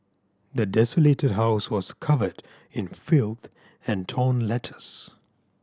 the desolated house was covered in filth and torn letters